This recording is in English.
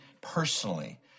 personally